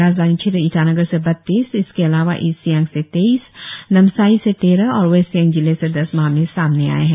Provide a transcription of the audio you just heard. राजधानी क्षेत्र ईटानगर से बत्तीस इसके अलावा ईस्ट सियांग से तेइस नामसाई से तेरह और वेस्ट सियांग जिले से दस मामले सामने आए है